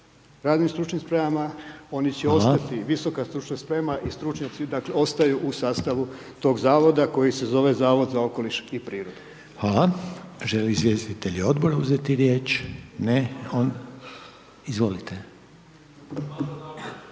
radnim stručnim spremama, oni će ostati visoka stručna sprema i stručnjaci ostaju u sastavu tog zavoda koji se zove Zavod za okoliš i prirodu. **Reiner, Željko (HDZ)** Hvala. Želi li izvjestitelj odbora uzeti riječ? Ne. Izvolite.